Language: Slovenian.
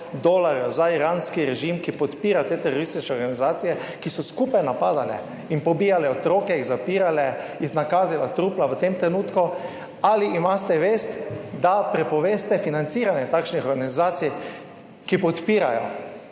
dolarjev za iranski režim, ki podpira te teroristične organizacije, ki so skupaj napadale in pobijale otroke, jih zapirale, iznakazile trupla v tem trenutku, ali imate vest, da prepoveste financiranje takšnih organizacij, ki podpirajo